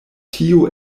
tio